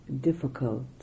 difficult